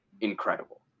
incredible